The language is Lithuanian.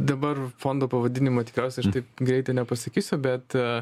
dabar fondo pavadinimo tikriausiai aš taip greitai nepasakysiu bet